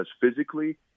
physically